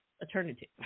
alternative